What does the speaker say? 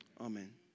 Amen